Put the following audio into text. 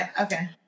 Okay